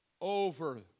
over